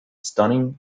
stunning